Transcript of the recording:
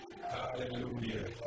Hallelujah